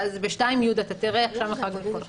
ואז בסעיף 2(י) אתה תראה איך שם החלוקה.